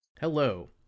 Hello